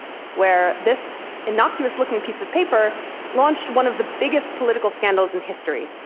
where this innocuous-looking piece of paper launched one of the biggest political scandals in history.